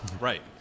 right